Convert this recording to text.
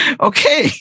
Okay